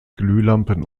glühlampen